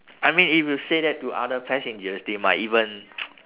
I mean if you say that to other passengers they might even